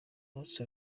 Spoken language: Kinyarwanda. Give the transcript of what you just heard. munsi